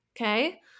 okay